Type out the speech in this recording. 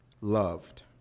loved